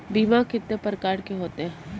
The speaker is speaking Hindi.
बीमा कितने प्रकार के होते हैं?